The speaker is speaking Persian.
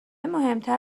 مهمتر